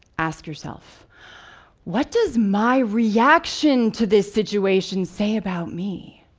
ask yourself what does my reaction to this situation say about me?